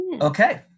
Okay